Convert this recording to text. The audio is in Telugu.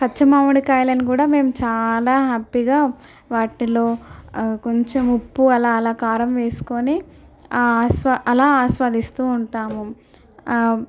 పచ్చ మామిడికాయలను కూడా మేము చాలా హ్యాపీగా వాటిలో కొంచెం ఉప్పు అలా అలా కారం వేసుకొని ఆస్వా అలా ఆస్వాదిస్తూ ఉంటాము